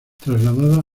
trasladada